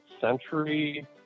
century